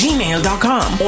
Gmail.com